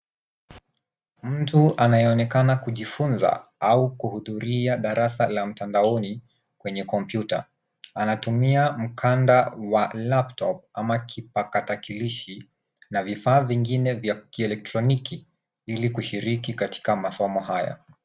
Mtu anayeonekana kujifunza au kuhudhuria darasa la mtandaoni kwenye kompyuta. Anatumia mkanda wa laptop au kipakatilishi na vifaa vingine vya elektroniki ili kushiriki katika masomo hayo.